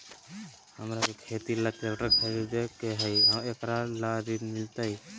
हमरा के खेती ला ट्रैक्टर खरीदे के हई, एकरा ला ऋण मिलतई?